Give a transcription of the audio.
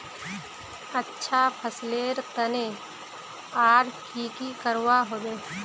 अच्छा फसलेर तने आर की की करवा होबे?